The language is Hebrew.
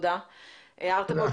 נסתפק בדברים האלה.